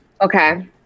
Okay